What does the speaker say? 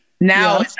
now